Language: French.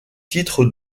titres